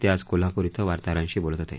ते आज कोल्हापूर इथं वार्ताहरांशी बोलत होते